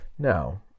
Now